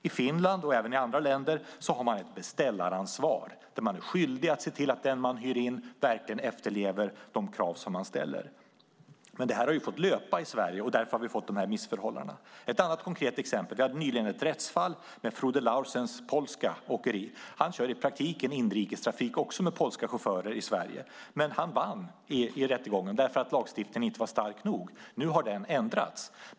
I Finland och även i andra länder har man ett beställaransvar som gör att man är skyldig att se till att den man hyr in verkligen efterlever de krav som man ställer. Men det här har ju fått löpa i Sverige, och därför har vi fått de här missförhållandena. Jag kan ta ett annat konkret exempel. Vi hade nyligen ett rättsfall med Frode Laursens polska åkeri. Han kör i praktiken inrikestrafik, också med polska chaufförer, i Sverige. Men han vann i rättegången därför att lagstiftningen inte var stark nog. Nu har den ändrats.